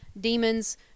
demons